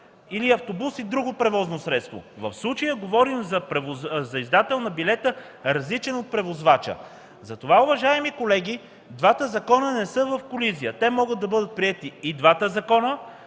или автобус и друго превозно средство. В случая говорим за издател на билета, различен от превозвача. Затова, уважаеми колеги, двата закона не са в колизия. Те могат да бъдат приети и двата, като